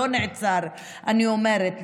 לא נעצר אני אומרת.